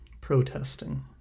protesting